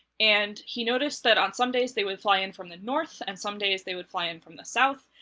and he noticed that on some days they would fly in from the north, and some days they would fly in from the south,